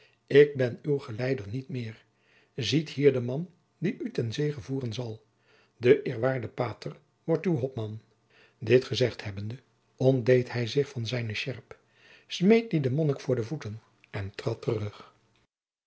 ik ben uw geleider niet meer ziet hier den man die u ten zege voeren zal de eerwaarde pater wordt uw hopman dit gezegd hebbende ontdeed hij zich van zijne sjerp smeet die den monnik voor de voeten en trad terug